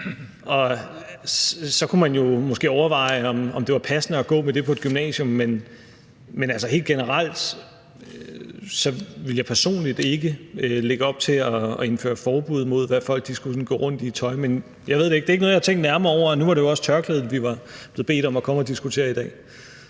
så kunne man jo måske overveje, om det var passende at gå med det på et gymnasium. Men, altså, helt generelt ville jeg personligt ikke lægge op til at indføre forbud mod, hvad folk sådan skulle gå rundt i af tøj. Jeg ved det ikke, og det er ikke noget, jeg har tænkt nærmere over; men nu var det jo også tørklædet, vi var blevet bedt om at komme at diskutere i dag.